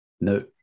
No